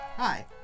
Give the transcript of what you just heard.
Hi